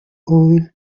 oil